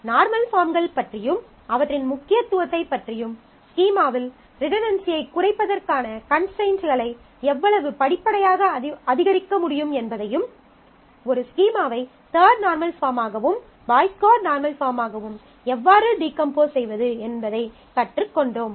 normal பாஃர்ம்கள் பற்றியும் அவற்றின் முக்கியத்துவத்தைப் பற்றியும் ஸ்கீமாவில் ரிடன்டன்சியைக் குறைப்பதற்கான கன்ஸ்ட்ரைண்ட்களை எவ்வளவு படிப்படியாக அதிகரிக்க முடியும் என்பதையும் ஒரு ஸ்கீமாவை தர்ட் நார்மல் பாஃர்ம்மாகவும் பாய்ஸ் கோட் நார்மல் பாஃர்ம்மாகவும் எவ்வாறு டீகம்போஸ் செய்வது என்பதைக் கற்றுக்கொண்டோம்